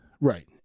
Right